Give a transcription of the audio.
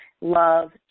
love